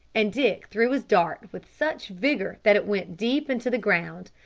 and dick threw his dart with such vigour that it went deep into the ground,